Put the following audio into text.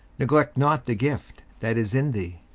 neglect not the gift that is in thee,